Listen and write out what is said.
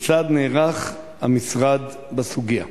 כיצד נערך המשרד בסוגיה?